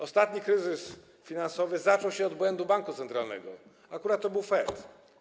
Ostatni kryzys finansowy zaczął się od błędu banku centralnego, akurat to był Fed.